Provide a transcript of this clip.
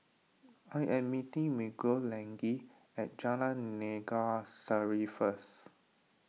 I am meeting Miguelangel at Jalan Naga Sari first